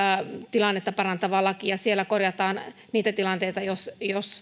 tilannetta parantava laki siellä korjataan niitä tilanteita joissa